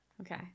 Okay